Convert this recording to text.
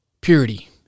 Purity